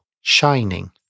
shining